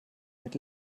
mit